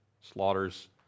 Slaughters